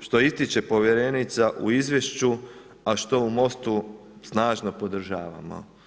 što ističe povjerenica u izvješću, a što u Mostu snažno podržavamo.